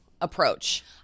approach